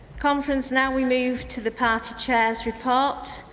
conference, now we move to the party chair's report.